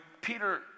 Peter